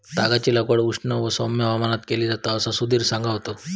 तागाची लागवड उष्ण व सौम्य हवामानात केली जाता असा सुधीर सांगा होतो